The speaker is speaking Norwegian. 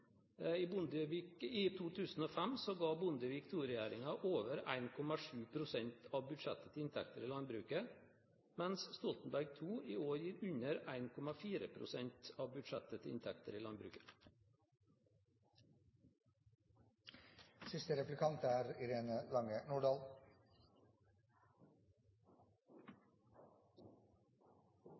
ga Bondevik II-regjeringen over 1,7 pst. av budsjettet til inntekter i landbruket, mens Stoltenberg II i år gir under 1,4 pst. av budsjettet til inntekter i